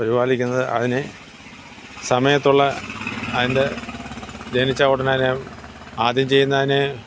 പരിപാലിക്കുന്നത് അതിനെ സമയത്തുള്ള അതിൻ്റെ ജനിച്ച ഉടനെ തന്നെ ആദ്യം ചെയ്യുന്നത് തന്നെ